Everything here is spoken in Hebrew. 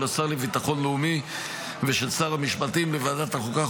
השר לביטחון לאומי ושל שר המשפטים לוועדת החוקה,